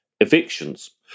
evictions